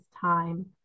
time